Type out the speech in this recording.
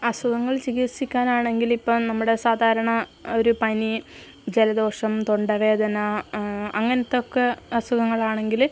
അസുഖങ്ങൾ ചികിത്സിക്കാൻ ആണെങ്കിൽ ഇപ്പോൾ നമ്മുടെ സാധാരണ ഒരു പനി ജലദോഷം തൊണ്ട വേദന അങ്ങനത്തെ ഒക്കെ അസുഖങ്ങൾ ആണെങ്കിൽ